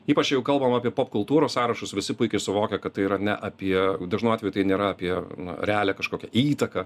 ypač jeigu kalbam apie popkultūros sąrašus visi puikiai suvokia kad tai yra ne apie dažnu atveju tai nėra apie realią kažkokią įtaką